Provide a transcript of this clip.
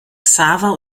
xaver